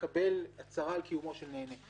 קבל הצהרה על קיומו של נהנה.